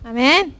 Amen